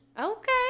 Okay